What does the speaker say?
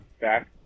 Back